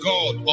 God